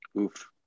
Oof